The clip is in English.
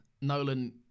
Nolan